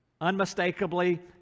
Unmistakably